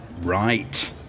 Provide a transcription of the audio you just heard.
Right